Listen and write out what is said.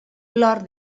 plor